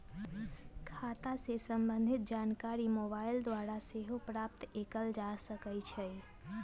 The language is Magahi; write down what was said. खता से संबंधित जानकारी मोबाइल बैंकिंग द्वारा सेहो प्राप्त कएल जा सकइ छै